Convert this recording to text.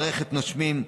מערכת "נושמים",